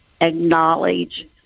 acknowledge